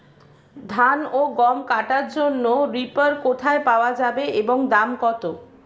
ধান ও গম কাটার যন্ত্র রিপার কোথায় পাওয়া যাবে এবং দাম কত?